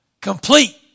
Complete